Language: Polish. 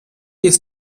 jest